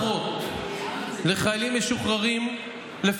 כתוב שם שאם אני מדבר על מתן הנחות לחיילים משוחררים,